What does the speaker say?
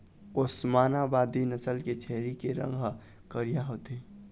ओस्मानाबादी नसल के छेरी के रंग ह करिया होथे